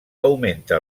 augmenta